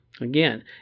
Again